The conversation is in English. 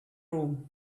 room